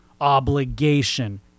obligation